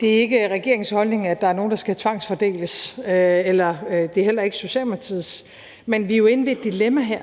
Det er ikke regeringens holdning, at der er nogen, der skal tvangsfordeles, og det er heller ikke Socialdemokratiets, men vi er jo inde ved et dilemma her,